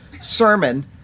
sermon